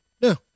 no